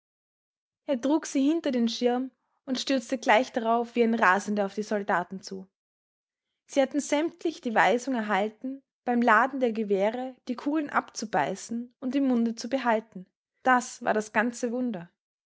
er trug sie hinter den schirm und stürzte gleich darauf wie ein rasender auf die soldaten zu sie hatten sämtlich die weisung erhalten beim laden der gewehre die kugeln abzubeißen und im munde zu behalten das war das ganze wunder